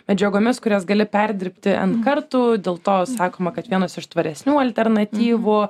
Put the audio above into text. medžiagomis kurias gali perdirbti n kartų dėl to sakoma kad vienas iš tvaresnių alternatyvų